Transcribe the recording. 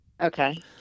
Okay